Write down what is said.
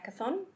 hackathon